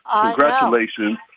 Congratulations